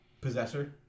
Possessor